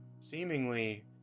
seemingly